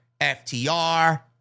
FTR